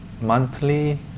monthly